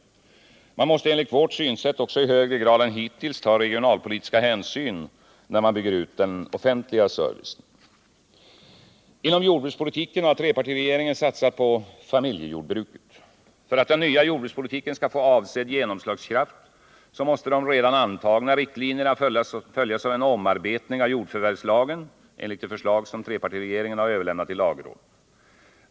Man måste enligt vårt synsätt också i högre grad än hittills ta regionalpolitiska hänsyn när man bygger ut den offentliga servicen. Inom jordbrukspolitiken har trepartiregeringen satsat på familjejordbruket. För att den nya jordbrukspolitiken skall få avsedd genomslagskraft måste de redan antagna riktlinjerna följas av en omarbetning av jordförvärvslagen enligt det förslag som trepartiregeringen har överlämnat till lagrådet.